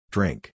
Drink